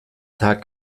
tag